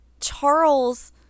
Charles